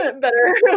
Better